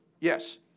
Yes